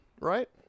right